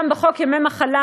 גם בחוק ימי מחלה,